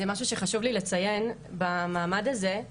זה משהו שחשוב לי לציין במעמד הזה,